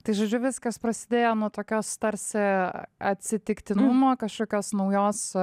tai žodžiu viskas prasidėjo nuo tokios tarsi atsitiktinumo kažkokios naujos